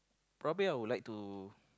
probably I would like to